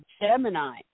Gemini